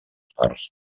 parts